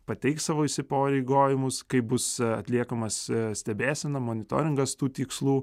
pateiks savo įsipareigojimus kaip bus atliekamas stebėsena monitoringas tų tikslų